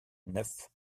neuf